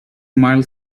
mild